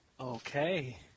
Okay